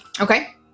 Okay